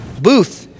booth